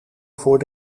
voor